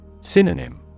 Synonym